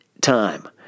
time